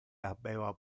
habeva